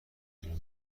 شروع